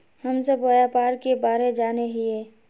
हम सब व्यापार के बारे जाने हिये?